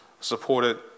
supported